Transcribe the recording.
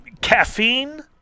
Caffeine